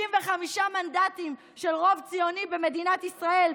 55 מנדטים של רוב ציוני במדינת ישראל,